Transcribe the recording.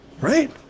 right